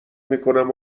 میکنم